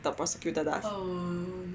the prosecutor does